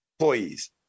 employees